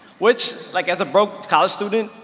which like as a broke college student,